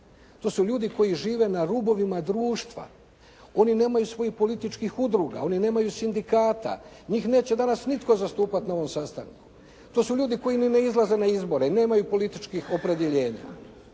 To su ljudi koji žive na rubovima društva. Oni nemaju svojih političkih udruga. Oni nemaju sindikata. Njih neće danas nitko zastupati na ovom sastanku. To su ljudi koji ni ne izlaze na izbore, jer nemaju političkih opredjeljenja.